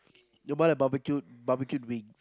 you buy the barbecued barbecued wing